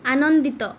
ଆନନ୍ଦିତ